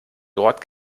dort